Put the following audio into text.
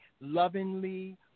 lovingly